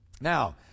Now